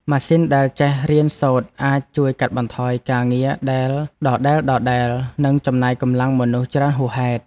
ម៉ាស៊ីនដែលចេះរៀនសូត្រអាចជួយកាត់បន្ថយការងារដែលដដែលៗ និងចំណាយកម្លាំងមនុស្សច្រើនហួសហេតុ។